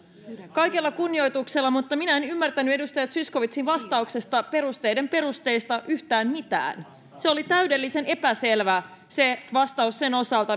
kaikella kunnioituksella mutta minä en ymmärtänyt edustaja zyskowiczin vastauksesta perusteiden perusteista yhtään mitään se vastaus oli täydellisen epäselvä sen osalta